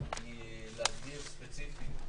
הנכונה להגדיר ספציפית.